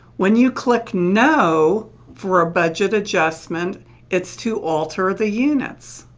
when you click no for a budget adjustment it's to alter the units.